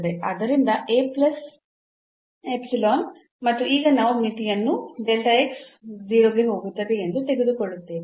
ಆದ್ದರಿಂದ ಮತ್ತು ಈಗ ನಾವು ಮಿತಿಯನ್ನು ಎಂದು ತೆಗೆದುಕೊಳ್ಳುತ್ತೇವೆ